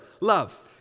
Love